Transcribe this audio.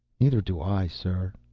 neither do i, sir.